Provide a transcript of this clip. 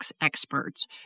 experts